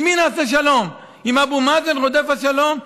עם מי נעשה שלום, עם אבו מאזן רודף השלום?